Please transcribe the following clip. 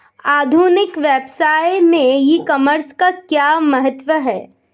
आधुनिक व्यवसाय में ई कॉमर्स का क्या महत्व है?